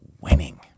winning